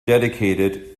dedicated